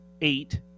eight